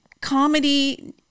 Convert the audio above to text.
comedy